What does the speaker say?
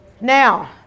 Now